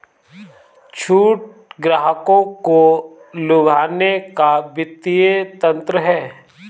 छूट ग्राहकों को लुभाने का वित्तीय तंत्र है